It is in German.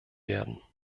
werden